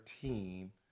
team